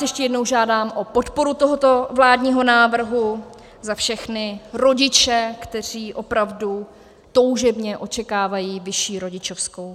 Ještě jednou vás žádám o podporu tohoto vládního návrhu za všechny rodiče, kteří opravdu toužebně očekávají vyšší rodičovskou.